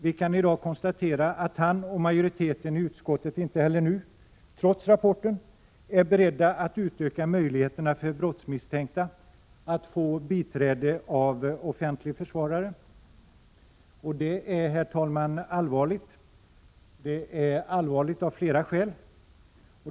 Vi kan i dag konstatera att han och majoriteten i utskottet inte heller nu, trots rapporten, är beredda att utöka möjligheterna för brottsmisstänkta att få biträde av offentlig försvarare. Och det är allvarligt, herr talman! Det är allvarligt av flera skäl.